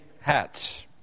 hats